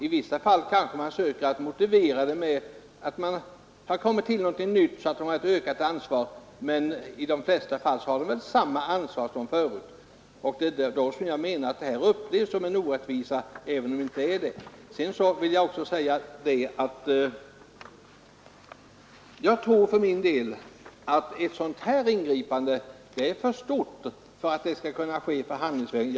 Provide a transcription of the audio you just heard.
I vissa fall kanske man försöker motivera lönegradsuppflyttningen med att någonting nytt har inträffat, t.ex. att vederbörande fått ökat ansvar, men i de flesta fall har han samma ansvar som förut. Det är då det upplevs som en orättvisa även om det inte är det. En sådan här fråga är för stor för att kunna lösas förhandlingsvägen.